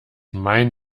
mein